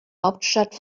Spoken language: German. hauptstadt